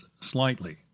slightly